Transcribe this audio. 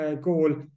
goal